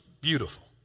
beautiful